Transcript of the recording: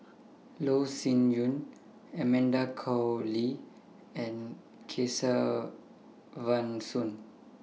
Loh Sin Yun Amanda Koe Lee and Kesavan Soon